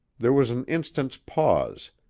there was an instant's pause,